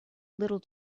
little